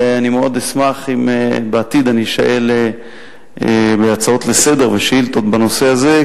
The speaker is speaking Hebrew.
ואני אשמח אם בעתיד אני אשאל בהצעות לסדר-היום ובשאילתות בנושא הזה,